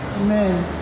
Amen